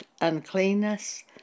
uncleanness